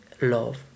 Love